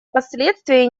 последствия